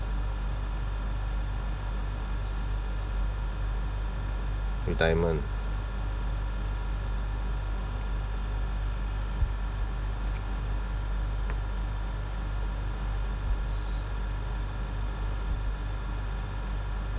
retirement